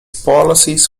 policies